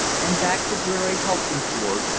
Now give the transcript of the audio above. and back to dreary helsingfors,